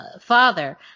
father